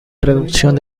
reducción